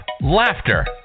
laughter